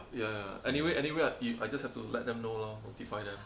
ya ya ya anyway anyway you I just have to let them know lor notify them